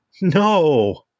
No